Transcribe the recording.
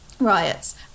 riots